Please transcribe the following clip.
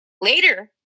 later